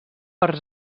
per